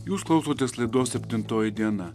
jūs klausotės laidos septintoji diena